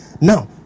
now